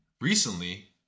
recently